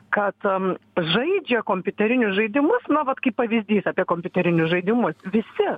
kad žaidžia kompiuterinius žaidimus na vat kaip pavyzdys apie kompiuterinius žaidimus visi